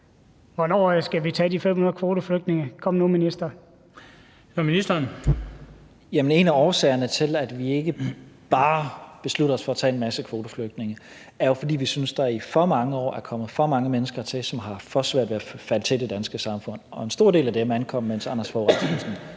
(Mattias Tesfaye): Jamen en af årsagerne til, at vi ikke bare beslutter os for at tage en masse kvoteflygtninge, er jo, at vi synes, at der i for mange år er kommet for mange mennesker hertil, som har haft for svært ved at falde til i det danske samfund. Og en stor del af dem ankom, mens Anders Fogh Rasmussen